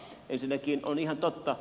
ensinnäkin on ihan totta